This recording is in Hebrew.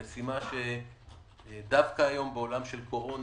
המשימה שדווקא היום בעולם של קורונה,